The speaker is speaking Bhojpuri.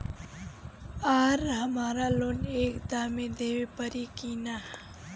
आर हमारा लोन एक दा मे देवे परी किना?